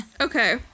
Okay